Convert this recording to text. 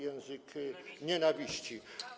język nienawiści.